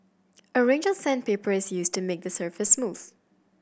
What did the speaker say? a range of sandpaper is used to make the surface smooth